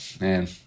man